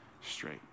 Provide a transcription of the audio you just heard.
straight